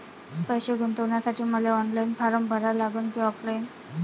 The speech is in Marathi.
पैसे गुंतन्यासाठी मले ऑनलाईन फारम भरा लागन की ऑफलाईन?